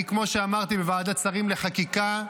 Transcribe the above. כמו שאמרתי בוועדת שרים לחקיקה,